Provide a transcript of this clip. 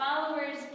followers